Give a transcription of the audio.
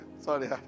sorry